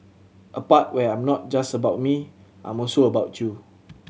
a part where I'm not just about me I'm also about you